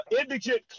indigent